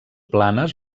planes